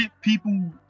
people